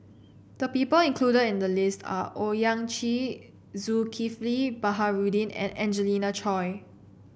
the people included in the list are Owyang Chi Zulkifli Baharudin and Angelina Choy